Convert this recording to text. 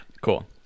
cool